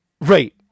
Right